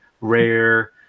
rare